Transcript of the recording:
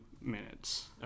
minutes